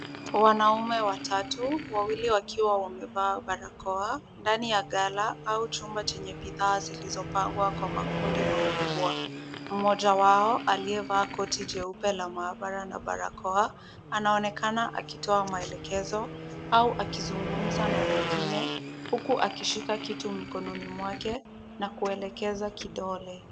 Wanaume watatu, wawili wakiwa wamevaa barakoa ndani ya gala au chumba chenye bidhaa zilizopangwa kwa makundi makubwa. Mmoja wao aliyevalia koti jeupe la maabara na barakoa anaonekana akitoa maelekezo au akizungumza na wengine huku akishika kitu mkononi mwake na kuelekeza kidole.